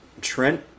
Trent